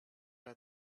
let